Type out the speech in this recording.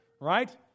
right